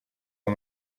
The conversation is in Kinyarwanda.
aba